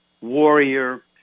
warrior